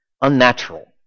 unnatural